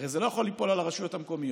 הרי זה לא יכול ליפול על הרשויות המקומיות.